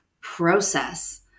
process